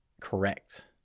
correct